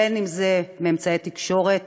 בין אם זה מאמצעי תקשורת